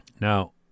Now